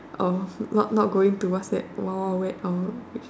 oh what not going to WhatsApp wild-wild-wet or